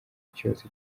cyose